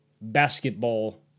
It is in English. basketball